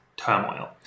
turmoil